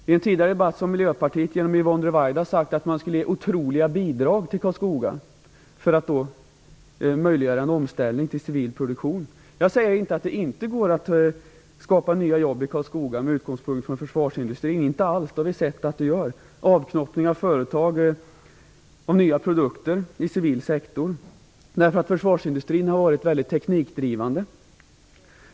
I en tidigare debatt sade Miljöpartiet genom Yvonne Ruwaida att man skulle ge otroliga bidrag till Karlskoga för att möjliggöra en omställning till civil produktion. Jag säger inte att det inte går att skapa nya jobb i Karlskoga med utgångspunkt i försvarsindustrin - inte alls; vi har sett att det går, t.ex. genom avknoppning av företag och nya produkter i civil sektor. Försvarsindustrin har varit mycket teknikdrivande.